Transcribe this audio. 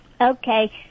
Okay